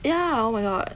ya oh my god